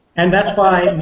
and that's by